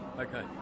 Okay